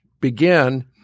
begin